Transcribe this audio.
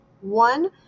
One